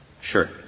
Sure